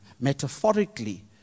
Metaphorically